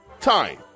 Time